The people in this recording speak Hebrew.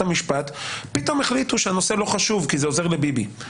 המשפט פתאום החליטו שהנושא לא חשוב כי זה עוזר לביבי.